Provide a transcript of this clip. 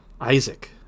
isaac